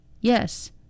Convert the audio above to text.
Yes